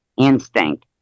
instinct